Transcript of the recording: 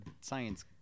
science